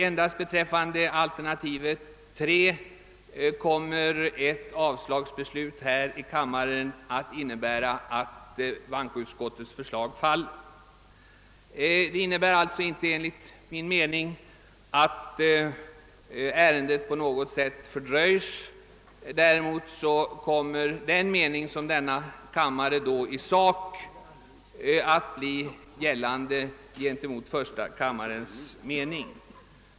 Endast beträffande alternativ 3 kommer ett avslagsbeslut här i kammaren att innebära att bankoutskottets förslag faller. Ett avslag medför alltså enligt min mening inte att ärendet på något sätt fördröjs. Däremot kommer den mening, som denna kammare vid den tidigare voteringen gett till känna, att bli gällande gentemot första kammarens mening.